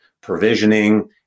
provisioning